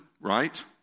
right